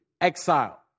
exile